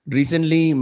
recently